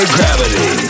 Gravity